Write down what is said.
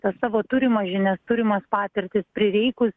tas savo turimas žinias turimas patirtis prireikus